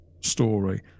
story